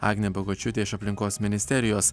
agnė bagočiūtė iš aplinkos ministerijos